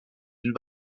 une